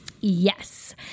Yes